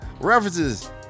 References